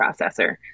processor